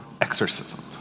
exorcisms